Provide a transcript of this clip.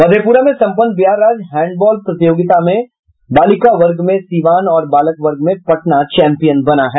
मधेपुरा में समपन्न बिहार राज्य हैंड बॉल प्रतियोगिता के बालिका वर्ग में सीवान और बालक वर्ग में पटना चैंपियन बना है